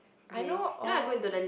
I know all